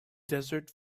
desert